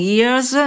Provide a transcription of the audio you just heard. Years